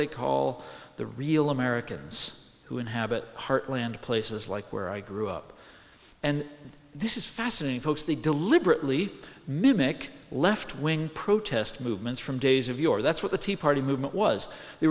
they call the real americans who inhabit heartland places like where i grew up and this is fascinating folks they deliberately mimic left wing protest movements from days of yore that's what the tea party movement was they